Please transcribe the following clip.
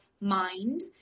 mind